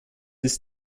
ist